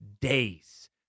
days